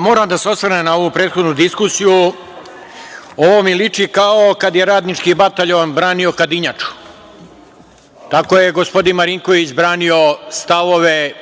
Moram da se osvrnem na ovu prethodnu diskusiju. Ovo mi liči kao kada je Radnički bataljon branio Kadinjaču. Tako je gospodin Marinković branio stavove,